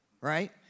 right